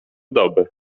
doby